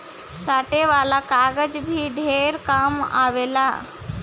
साटे वाला कागज भी ढेर काम मे आवेला